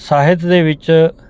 ਸਾਹਿਤ ਦੇ ਵਿੱਚ